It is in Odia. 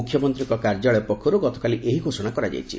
ମୁଖ୍ୟମନ୍ତୀଙ୍କ କାର୍ଯ୍ୟାଳୟ ପକ୍ଷରୁ ଗତକାଲି ଏହି ଘୋଷଣା କରାଯାଇଛି